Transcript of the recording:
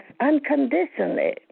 unconditionally